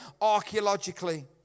archaeologically